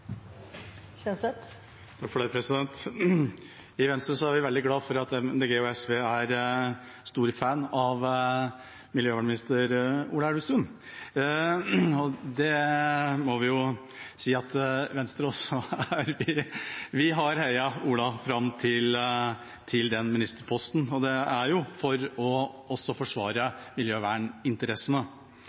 vi veldig glad for at Miljøpartiet De Grønne og SV er store fan av miljøminister Ola Elvestuen. Det må vi jo si at Venstre også er. Vi har heiet Ola fram til den ministerposten, og det er også for å forsvare miljøverninteressene.